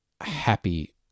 happy